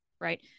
right